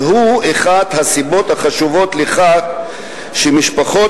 והוא אחת הסיבות החשובות לכך שמשפחות